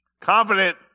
Confident